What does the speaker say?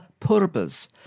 purbas